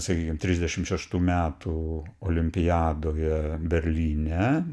sakykim trisdešim šeštų metų olimpiadoje berlyne